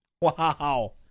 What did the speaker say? Wow